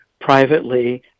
privately